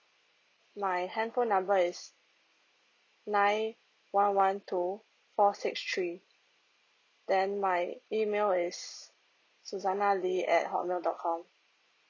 my handphone number is nine one one two four six three then my email is suzana lee at hotmail dot com